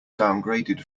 downgraded